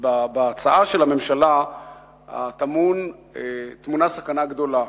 בהצעה של הממשלה טמונה סכנה גדולה,